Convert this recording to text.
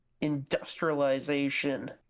industrialization